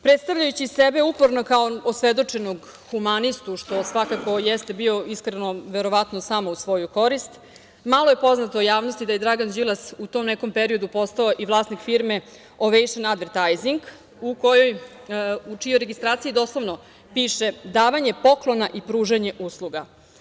Predstavljajući sebe uporno kao osvedočenog humanistu, što svakako jeste bio iskreno, verovatno, samo u svoju korist, malo je poznato javnosti da je Dragan Đilas u tom nekom periodu postao i vlasnik firme „Ovejšn advertajzing“ u čijoj registraciji doslovno piše - davanje poklona i pružanje usluga.